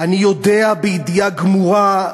אני יודע בידיעה גמורה,